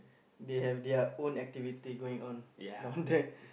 they have their own activity going on down there